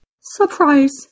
Surprise